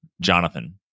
Jonathan